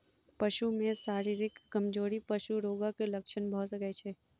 पशु में शारीरिक कमजोरी पशु रोगक लक्षण भ सकै छै